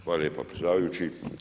Hvala lijepo predsjedavajući.